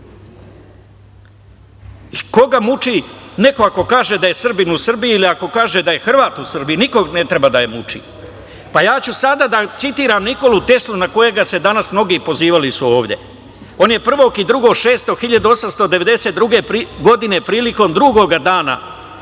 muči, neko ako kaže da je Srbin u Srbiji ili ako kaže da je Hrvat u Srbiji? Nikoga ne treba da muči. Ja ću sada da citiram Nikolu Teslu, na kojega su se danas mnogi pozivali ovde. On je 1. i 2. juna 1892. godine, prilikom drugog dana posete